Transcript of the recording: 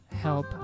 help